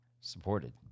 supported